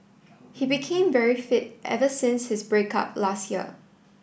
he became very fit ever since his break up last year